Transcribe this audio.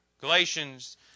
Galatians